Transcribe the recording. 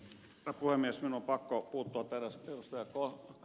minun on pakko puuttua ed